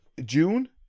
June